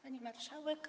Pani Marszałek!